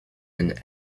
and